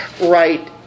right